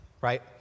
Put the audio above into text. right